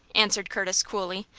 answered curtis, coolly.